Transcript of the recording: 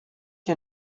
you